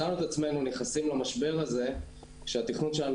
מצאנו את עצמנו נכנסים למשבר הזה כשהתכנון שלנו